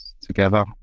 together